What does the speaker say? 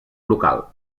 local